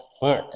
fuck